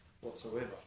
whatsoever